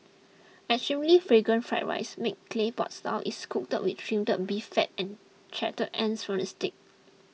extremely Fragrant Fried Rice made Clay Pot Style is cooked up with Trimmed Beef Fat and charred ends from the steak